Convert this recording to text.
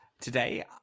today